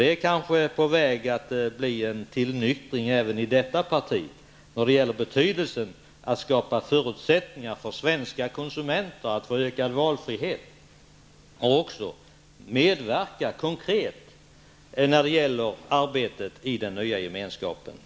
Det är kanske på väg en tillnyktring även i detta parti när det gäller betydelsen av att skapa förutsättningar för svenska konsumenter att få ökad valfrihet och även konkret medverka i arbetet i den nya gemenskapen.